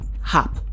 Hop